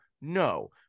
No